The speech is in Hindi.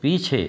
पीछे